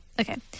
Okay